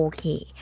Okay